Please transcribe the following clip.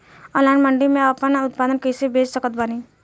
Online मंडी मे आपन उत्पादन कैसे बेच सकत बानी?